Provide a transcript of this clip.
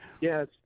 Yes